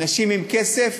אנשים עם כסף